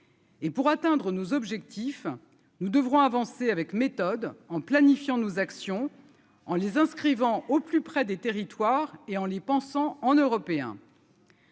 Et pour atteindre nos objectifs, nous devrons avancer avec méthode, en planifiant nos actions en les inscrivant au plus près des territoires et en les pensant en européen.